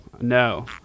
no